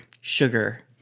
Sugar